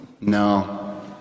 No